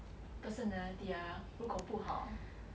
personality ah 如果不好